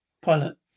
pilot